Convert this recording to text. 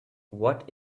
what